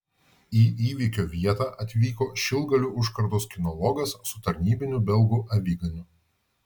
į įvykio vietą atvyko šilgalių užkardos kinologas su tarnybiniu belgų aviganiu